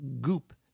goop